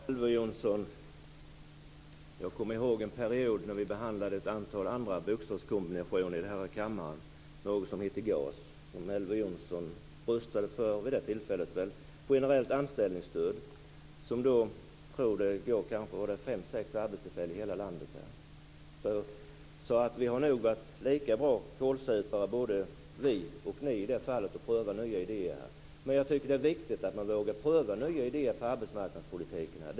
Herr talman! Ja, Elver Jonsson, jag kommer ihåg en period när vi behandlade ett antal andra bokstavskombinationer i kammaren. Något som hette GAS, generellt anställningsstöd, som Elver Jonsson röstade för vid det tillfället. Jag tror att det gav fem sex arbetstillfällen i hela landet. Vi har nog varit lika goda kålsupare både vi och ni när det gällt att pröva nya idéer. Men jag tycker att det är viktigt att man vågar pröva nya idéer inom arbetsmarknadspolitiken.